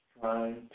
trying